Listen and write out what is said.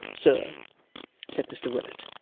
sir said mr willet.